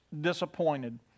disappointed